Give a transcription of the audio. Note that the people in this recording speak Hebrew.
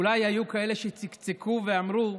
ואולי היו כאלה שצקצקו ואמרו: